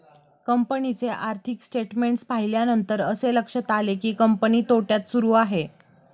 कंपनीचे आर्थिक स्टेटमेंट्स पाहिल्यानंतर असे लक्षात आले की, कंपनी तोट्यात सुरू आहे